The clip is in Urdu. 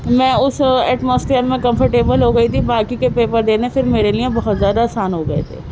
میں اُس ایٹماسفئر میں کمفرٹیبل ہوگئی تھی باقی کے پیپر دینے پھر میرے لئے بہت زیادہ آسان ہو گئے تھے